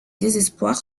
désespoir